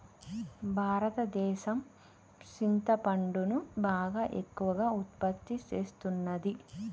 భారతదేసం సింతపండును బాగా ఎక్కువగా ఉత్పత్తి సేస్తున్నది